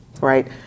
right